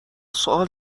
سؤال